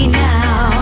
now